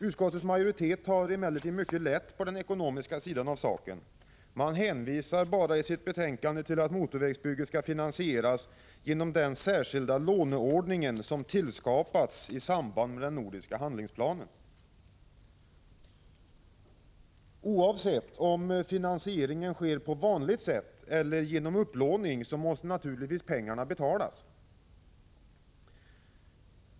Utskottets majoritet tar emellertid mycket lätt på den ekonomiska sidan av saken. Man hänvisar i betänkandet bara till att motorvägsbygget skall finansieras genom den särskilda låneordningen som tillskapats i samband med den nordiska handlingsplanen. Oavsett om finansieringen sker på vanligt sätt eller genom upplåning så måste naturligtvis pengarna betalas.